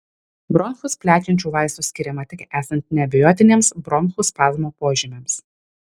bronchus plečiančių vaistų skiriama tik esant neabejotiniems bronchų spazmo požymiams